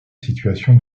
situation